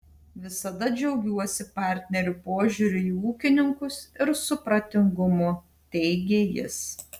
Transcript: visada džiaugiuosi partnerių požiūriu į ūkininkus ir supratingumu teigė jis